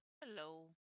Hello